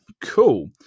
cool